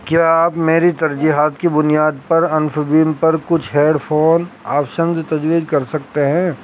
کیا آپ میری ترجیحات کی بنیاد پر انفبیم پر کچھ ہیڈ فون آپشنز تزویز کر سکتے ہیں